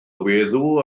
weddw